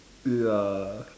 ya